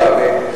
וקורה הרבה.